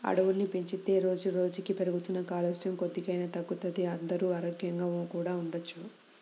అడవుల్ని పెంచితే రోజుకి రోజుకీ పెరుగుతున్న కాలుష్యం కొద్దిగైనా తగ్గుతది, అందరూ ఆరోగ్యంగా కూడా ఉండొచ్చు